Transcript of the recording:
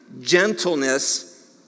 gentleness